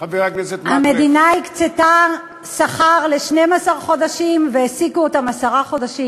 המדינה הקצתה שכר ל-12 חודשים והעסיקו אותן עשרה חודשים,